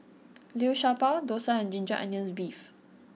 Liu Sha Bao Dosa and Ginger Onions Beef